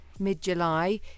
mid-July